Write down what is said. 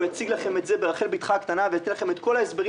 הוא יציג לכם את זה ברחל בתך הקטנה וייתן לכם את כל ההסברים